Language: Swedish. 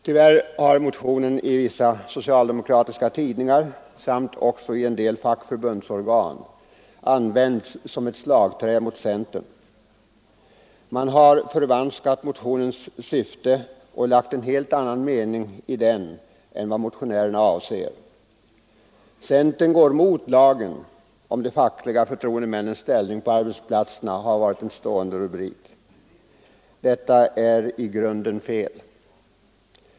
Tyvärr har motionen i vissa socialdemokratiska tidningar samt i en del fackförbundsorgan använts som slagträ mot centern. Man har förvanskat motionens syfte och lagt en helt annan mening i den än vad motionärerna avser. Centern går emot lagen om de fackliga förtroendemännens ställning på arbetsplatserna, har varit en stående rubrik. Detta är i grunden fel.